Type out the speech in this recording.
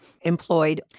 Employed